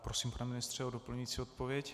Prosím, pane ministře, o doplňující odpověď.